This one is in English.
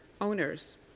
owners